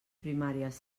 primàries